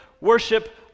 worship